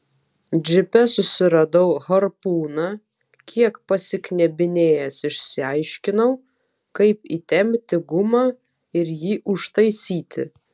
džipe susiradau harpūną kiek pasiknebinėjęs išsiaiškinau kaip įtempti gumą ir jį užtaisyti